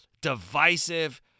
divisive